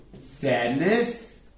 sadness